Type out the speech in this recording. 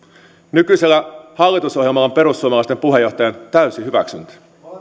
nykyisellä hallitusohjelmalla on perussuomalaisten puheenjohtajan täysi hyväksyntä